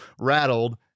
rattled